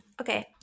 Okay